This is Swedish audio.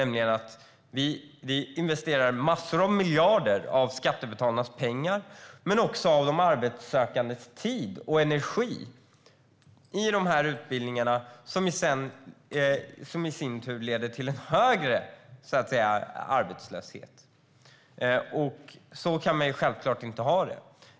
Vi investerar massor av miljarder av skattebetalarnas pengar men också av de arbetssökandes tid och energi i de här utbildningarna, som i sin tur leder till högre arbetslöshet. Så kan man självklart inte ha det.